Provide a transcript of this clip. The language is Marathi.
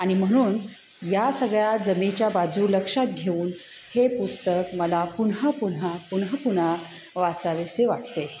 आणि म्हणून या सगळ्या जमेच्या बाजू लक्षात घेऊन हे पुस्तक मला पुन्हा पुन्हा पुन्हा पुन्हा वाचावेसे वाटते